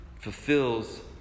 fulfills